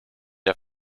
der